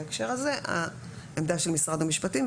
בהקשר הזה העמדה של משרד המשפטים,